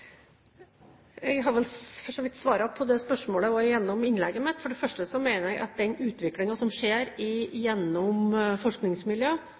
Jeg har vel for så vidt svart på det spørsmålet gjennom innlegget mitt. For det første mener jeg at den utviklingen som skjer gjennom forskningsmiljø,